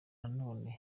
nanone